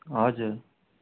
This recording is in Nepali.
हजुर